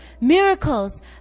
miracles